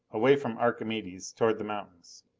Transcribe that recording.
away from archimedes, toward the mountains.